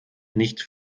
nicht